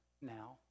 now